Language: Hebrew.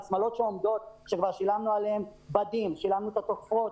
שמלות שעומדים שקנינו עבורן בדים ושילמנו לתופרות.